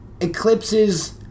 eclipses